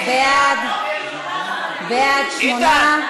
בעד, 8,